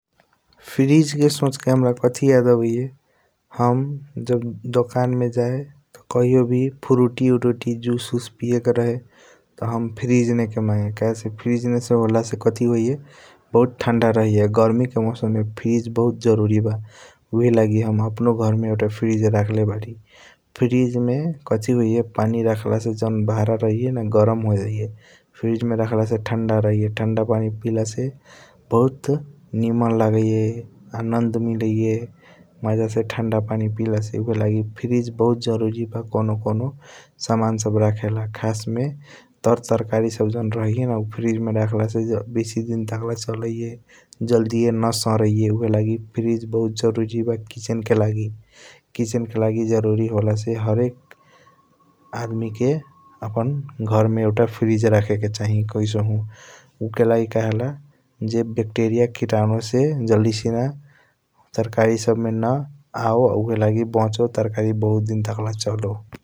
फिरिज के सोच के हाम्रा कथी याद आबिया हम जब दोकन मे जय कहियों वी फुरिटी उरुती जूस पिया के रहे त हम फिरिज मे के मागे । कहेसे फिरिज मे से होला से कथी होइया बहुत ठंडा रहिया गर्मी के मौसम मे फिरिज बहुत जरूरी बा उहएलगी हम अपनों घर मे एउटा फिरिज रखले बारी । फिरिज मे कथी होइऑय पनि रखला से जॉन बहरा रहैया न गरम होजाइया फिरिज मे रखला से ठंडा रहैया ठंड पानी पीला से बहुत निमन लागैया आनाद मिलैया । मज़ा से ठंडा पानी पीलासे ऊहएलगी फिरिज बारी जरूरी बा कॉनो कॉनो समान सब रखे ला खसस मे तर तरकारी सब जॉन रहिया न फिरिज मे रखला से बेसी दिन टाकला चलाइया । जलड़िया न सरैया ऊहएलगी फिरिज बारी जरूरी बा किचेन के लागि कीचेन के लागि जरूरी हॉलसे हरेक आदमी के अपना घर मे एउटा फिरिज रखेके चाही कैसहू । उके लागि कहेला ज बैक्टीरीअ कितनों से जल्दी सीन तरकारी सब मे न आओ ऊहएलगी बचो तरकारी सब बहुत दिन ला चलो ।